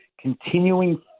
continuing